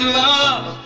love